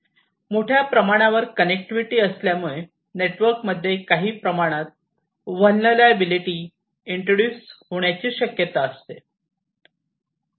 मोठ्या प्रमाणावर कनेक्टिविटी असल्यामुळे नेटवर्कमध्ये काही प्रमाणात व्हेलनेराबीलिटी इंट्रोड्युस होण्याचे शक्यता असते